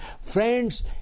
Friends